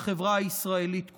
החברה הישראלית כולה.